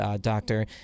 doctor